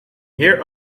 here